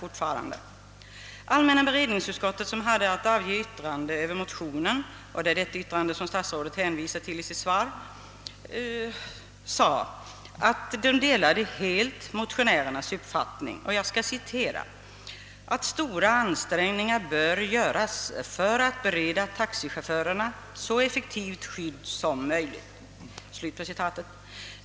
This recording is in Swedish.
Allmänna beredningsutskottet hade att avge yttrande över motionen, och det är det yttrandet statsrådet hänvisar till i sitt svar. Utskottet skrev då att utskottet helt delade motionärernas uppfatt ning och anförde bl.a. »att stora ansträngningar bör göras för att bereda taxichaufförerna så effektivt skydd som möjligt».